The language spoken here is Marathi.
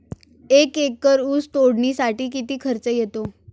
एक एकर ऊस तोडणीसाठी किती खर्च येतो?